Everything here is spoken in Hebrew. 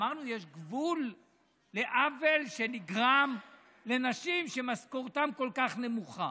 אמרתי: יש גבול לעוול שנגרם לנשים שמשכורתן כל כך נמוכה.